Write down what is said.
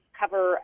cover